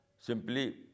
simply